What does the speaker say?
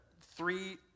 three